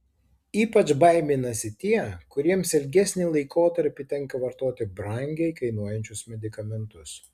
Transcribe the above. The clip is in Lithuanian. ypač baiminasi tie kuriems ilgesnį laikotarpį tenka vartoti brangiai kainuojančius medikamentus